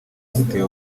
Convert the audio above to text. ziteye